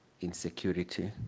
insecurity